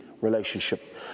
relationship